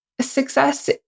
success